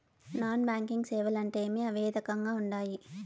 non banking సేవలు అంటే ఏమి అవి ఏ రకంగా ఉండాయి